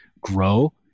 grow